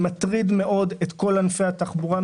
העניין של הטלת המס על מי שלא חטא מטריד מאוד את כל ענפי התחבורה,